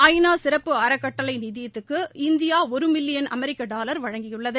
ஐ நா சிறப்பு அறக்கட்டளை நிதியத்துக்கு இந்தியா ஒரு மில்லியன் அமெரிக்க டாலர் வழங்கியுள்ளது